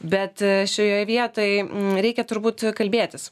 bet šioje vietoj reikia turbūt kalbėtis